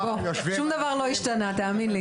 שום דבר לא השתנה, תאמין לי.